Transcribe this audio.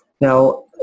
Now